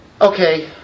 Okay